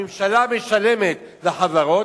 הממשלה משלמת לחברות,